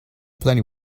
plenty